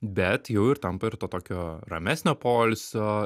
bet jau ir tampa ir to tokio ramesnio poilsio